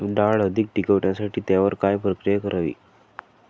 डाळ अधिक टिकवण्यासाठी त्यावर काय प्रक्रिया करावी?